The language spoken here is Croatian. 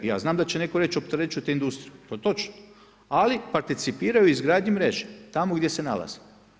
I ja znam da će neko reći opterećujete industriju, to je točno, ali participiraju izgradnji mreže tamo gdje se nalaze.